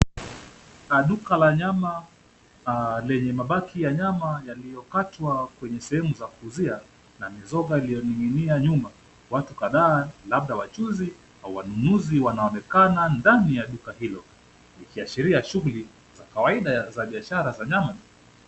Duka la nyama lenye mabaki ya nyama yaliyokatwa kwenye sehemu za kuuzia na mizoga iliyoning'inia nyuma. Watu kadhaa labda wachuuzi au wanunuzi wanaonekana ndani ya duka hilo, ikiashiria shughuli za kawaida za biashara za nyama.